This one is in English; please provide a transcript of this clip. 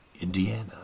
Indiana